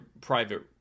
private